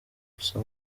gusa